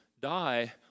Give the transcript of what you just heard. die